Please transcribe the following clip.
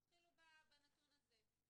תתחילו בנתון הזה.